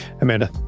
Amanda